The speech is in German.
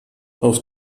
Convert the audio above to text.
auf